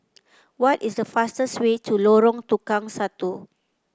what is the fastest way to Lorong Tukang Satu